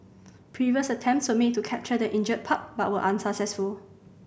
previous attempts were made to capture the injured pup but were unsuccessful